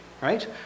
right